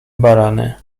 barany